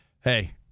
hey